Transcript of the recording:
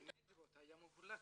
זה היה מחולק.